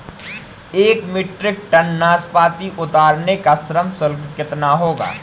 एक metric tonne नाशपाती उतारने का श्रम शुल्क कितना होगा?